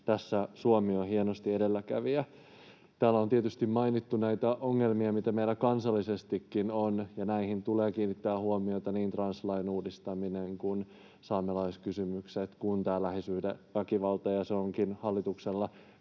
tässä Suomi on hienosti edelläkävijä. Täällä on tietysti mainittu näitä ongelmia, mitä meillä kansallisestikin on, ja näihin tulee kiinnittää huomiota — niin translain uudistaminen kuin saamelaiskysymykset kuin lähisuhdeväkivalta — ja ne ovatkin hallituksella